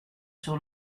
sur